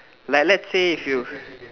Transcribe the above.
like let's say if you